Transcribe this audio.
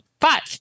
Five